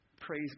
Praise